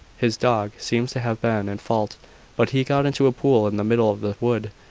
his dog seems to have been in fault but he got into a pool in the middle of the wood,